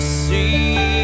see